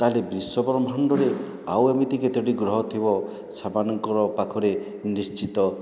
ତା'ହେଲେ ବିଶ୍ୱବ୍ରହ୍ମାଣ୍ଡରେ ଆଉ ଏମିତି କେତୋଟି ଗ୍ରହ ଥିବ ସେମାନଙ୍କର ପାଖରେ ନିଶ୍ଚିତ